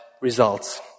results